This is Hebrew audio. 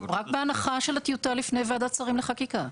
רק בהנחה של הטיוטה לפני ועדת שרים לחקיקה.